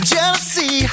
Jealousy